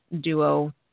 duo